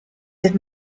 did